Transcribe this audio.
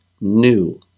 New